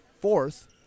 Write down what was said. fourth